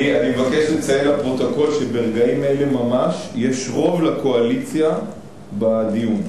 אני מבקש לציין לפרוטוקול שברגעים אלה ממש יש רוב לקואליציה בדיון.